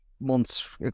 months